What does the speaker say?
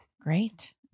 Great